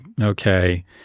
okay